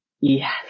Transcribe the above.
Yes